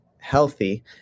healthy